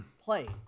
plays